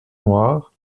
noire